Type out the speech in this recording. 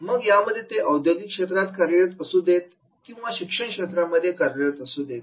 मग यामध्ये ते औद्योगिक क्षेत्रांमध्ये कार्यरत असु देत किंवा शैक्षणिक क्षेत्रामध्ये कार्यरत असु देत